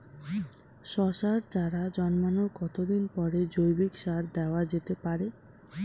শশার চারা জন্মানোর কতদিন পরে জৈবিক সার দেওয়া যেতে পারে?